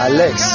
Alex